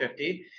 50